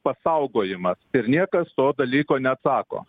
pasaugojimas ir niekas to dalyko neatsako